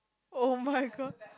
oh-my-god